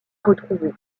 retrouvé